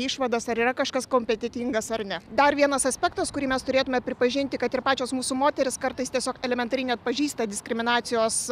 išvadas ar yra kažkas kompetentingas ar ne dar vienas aspektas kurį mes turėtume pripažinti kad ir pačios mūsų moterys kartais tiesiog elementariai neatpažįsta diskriminacijos